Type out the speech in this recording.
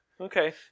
Okay